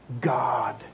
God